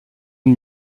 une